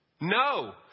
No